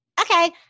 okay